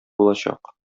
булачак